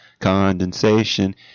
condensation